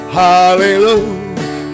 hallelujah